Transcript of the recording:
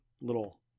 little